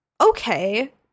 okay